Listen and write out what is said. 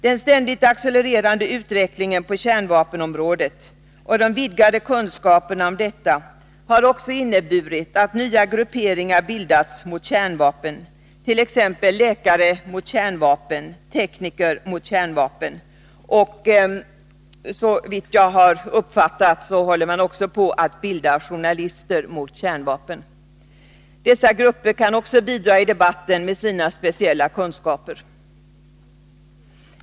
Den ständigt accelererande utvecklingen på kärnvapenområdet och de vidgade kunskaperna om detta har inneburit att nya grupperingar bildats mot kärnvapnen, t.ex. Läkare mot kärnvapen och Tekniker mot kärnvapen. Såvitt jag har uppfattat håller man också på att bilda Journalister mot kärnvapen. Dessa grupper kan också bidra till debatten med sina speciella kunskaper.